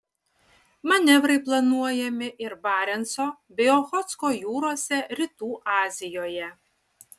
manevrai planuojami ir barenco bei ochotsko jūrose rytų azijoje